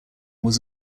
was